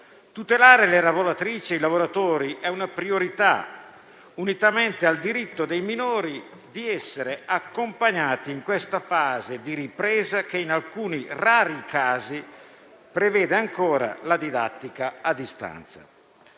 Tutelare le lavoratrici e i lavoratori è una priorità, unitamente al diritto dei minori di essere accompagnati in questa fase di ripresa che, in alcuni rari casi, prevede ancora la didattica a distanza.